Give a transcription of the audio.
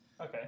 Okay